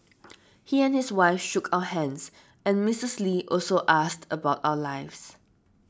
he and his wife shook our hands and Mrs Lee also asked us about our lives